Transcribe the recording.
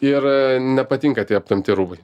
ir nepatinka tie aptempti rūbai